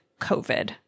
COVID